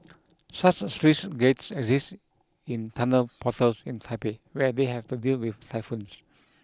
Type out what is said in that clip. such sluice gates exist in tunnel portals in Taipei where they have to deal with typhoons